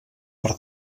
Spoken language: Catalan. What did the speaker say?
per